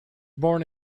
born